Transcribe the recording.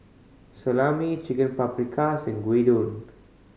Salami Chicken Paprikas and Gyudon